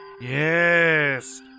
Yes